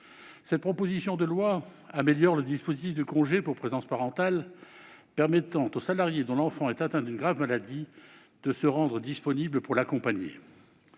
Cette proposition de loi améliore le dispositif de congé pour présence parentale, en permettant au salarié dont l'enfant est atteint d'une grave maladie de se rendre disponible pour l'accompagner.